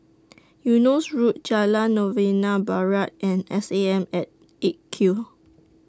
Eunos Road Jalan Novena Barat and S A M At eight Q